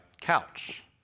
couch